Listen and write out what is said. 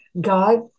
God